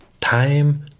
Time